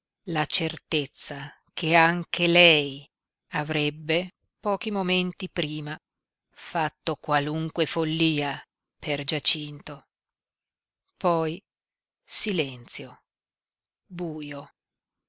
la certezza che anche lei avrebbe pochi momenti prima fatto qualunque follia per giacinto poi silenzio buio